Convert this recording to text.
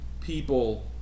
people